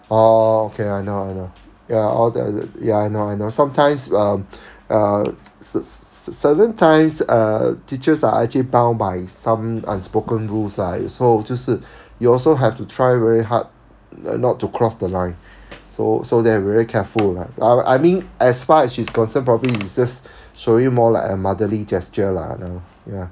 orh okay okay okay ya all the ya I know I know sometimes uh uh certain times uh teachers are actually bound by some unspoken rules ah so 就是 you also have to try very hard not to cross the line so so they have to be very careful like I mean as far as she's concerned probably it's just show you more like a motherly gesture lah know ya